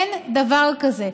אין דבר כזה.